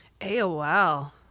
aol